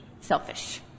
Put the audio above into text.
Selfish